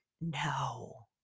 no